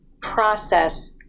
process